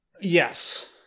Yes